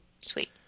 sweet